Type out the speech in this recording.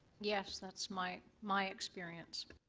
yes, that's my my experience.